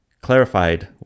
clarified